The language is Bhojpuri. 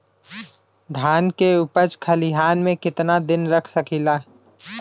धान के उपज खलिहान मे कितना दिन रख सकि ला?